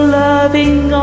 loving